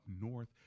north